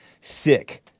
Sick